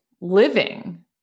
living